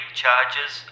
charges